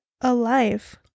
alive